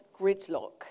gridlock